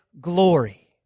glory